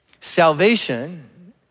salvation